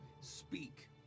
speak